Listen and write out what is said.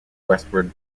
westward